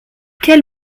quel